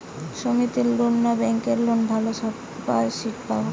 সমিতির লোন না ব্যাঙ্কের লোনে ভালো সাবসিডি পাব?